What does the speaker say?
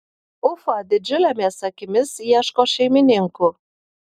ufa didžiulėmis akimis ieško šeimininkų